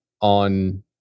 on